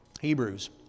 Hebrews